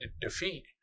defeat